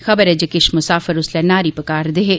खबर ऐ जे किश मुसाफर उसलै नारी पका'रदे हे